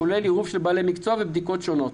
כולל עירוב של בעלי מקצוע ובדיקות שונות.